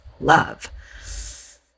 love